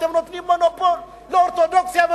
אתם נותנים מונופול לאורתודוקסיה.